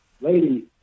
ladies